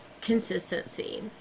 consistency